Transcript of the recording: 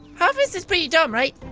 harfest is pretty dumb, right?